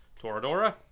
Toradora